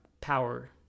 power